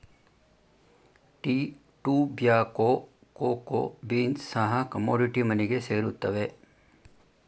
tea, tobacco, cocoa beans ಸಹ commodity ಮನಿಗೆ ಸೇರುತ್ತವೆ